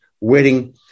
wedding